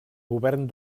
govern